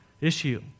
issue